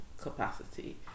capacity